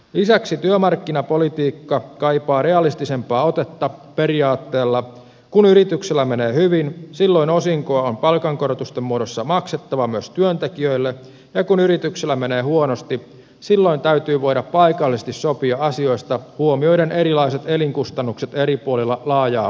lisäksi työmarkkinapolitiikka kaipaa realistisempaa otetta periaatteella että kun yrityksellä menee hyvin silloin osinkoa on palkankorotusten muodossa maksettava myös työntekijöille ja kun yrityksellä menee huonosti silloin täytyy voida paikallisesti sopia asioista huomioiden erilaiset elinkustannukset eri puolilla laajaa maatamme